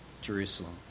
Jerusalem